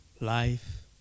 life